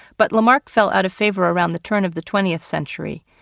but lamarck fell out of favor around the turn of the twentieth century.